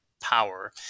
power